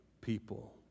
people